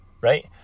right